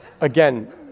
Again